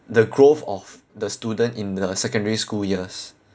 the growth of the student in the secondary school years